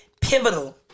pivotal